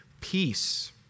peace